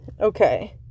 Okay